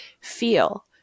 feel